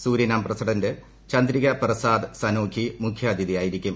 Suriname president Chandrikapersad Santokhi മുഖ്യാതിഥി ആയിരിക്കും